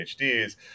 PhDs